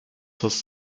his